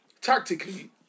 tactically